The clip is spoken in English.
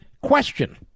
question